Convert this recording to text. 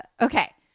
okay